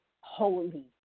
holy